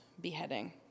beheading